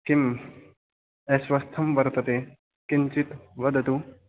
किम् अस्वस्थं वर्तते किञ्चित् वदतु